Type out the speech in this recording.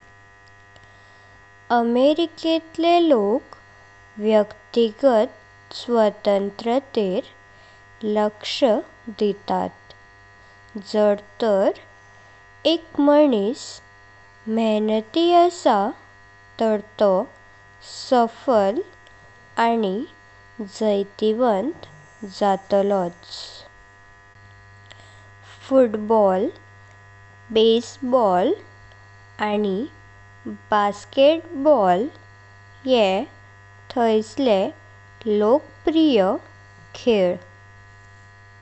अमेरिकांतले लोक व्यक्तीघट स्वतंत्रतेर लक्ष दितात। जर तर एक माणिस मेहनती असा तर तो सफल आनी जइतिवंत जातलोच। फुटबॉल, बेसबॉल आनी बास्केटबॉल ये थाइसले लोकप्रिय खेल।